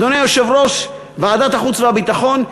אדוני יושב-ראש ועדת החוץ והביטחון,